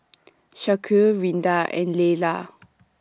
Shaquille Rinda and Leyla